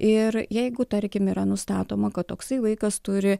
ir jeigu tarkim yra nustatoma kad toksai vaikas turi